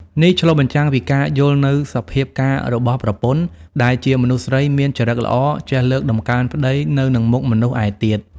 នេះឆ្លុះបញ្ចាំងពីការយល់នូវសភាពការរបស់ប្រពន្ធ ដែលជាមនុស្សស្រីមានចរិតល្អចេះលើកតម្កើងប្ដីនៅនឹងមុខមនុស្សឯទៀត។